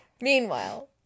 meanwhile